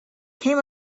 came